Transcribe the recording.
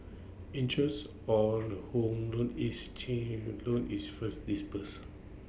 interest on A home loan is chin loan is first disbursed